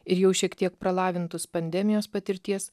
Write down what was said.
ir jau šiek tiek pralavintus pandemijos patirties